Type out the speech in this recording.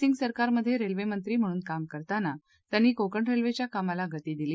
सिंग सरकारमधे रेल्वेमंत्री म्हणून काम करताना त्यांनी कोकण रेल्वेच्या कामाला गती दिली